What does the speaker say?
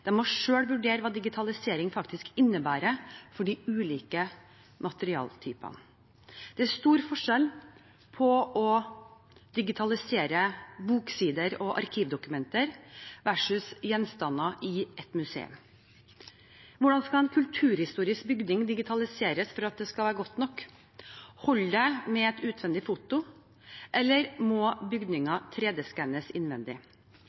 må selv vurdere hva digitalisering faktisk innebærer for de ulike materialtypene. Det er stor forskjell på å digitalisere boksider og arkivdokumenter versus gjenstander i et museum. Hvordan skal en kulturhistorisk bygning digitaliseres for at det skal være godt nok? Holder det med et utvendig foto, eller må bygningen 3D-skannes innvendig?